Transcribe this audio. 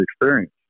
experience